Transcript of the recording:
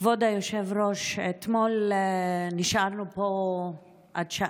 כבוד היושב-ראש, אתמול נשארנו פה עד שעה,